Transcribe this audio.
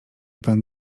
pan